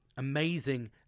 amazing